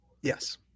Yes